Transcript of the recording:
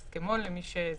טוב,